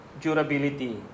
durability